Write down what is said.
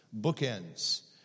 bookends